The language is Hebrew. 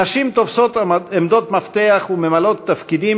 נשים תופסות עמדות מפתח וממלאות תפקידים